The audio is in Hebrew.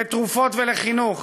לתרופות ולחינוך.